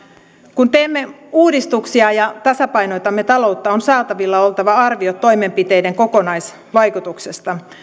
kun teemme uudistuksia ja tasapainotamme taloutta on saatavilla oltava arviot toimenpiteiden kokonaisvaikutuksista